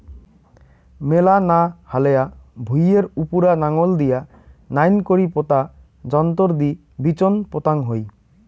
মেলা না হালেয়া ভুঁইয়ের উপুরা নাঙল দিয়া নাইন করি পোতা যন্ত্রর দি বিচোন পোতাং হই